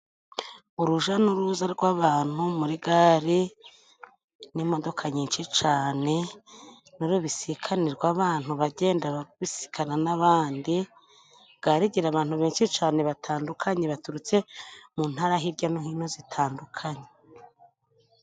Uruja n'uruza rw'abantu muri gare n'imodoka nyinshi cane n'urubisikane rw'abantu bagenda babisikana n'abandi .Gare igira abantu benshi cane batandukanye baturutse mu ntara hirya no hino zitandukanye.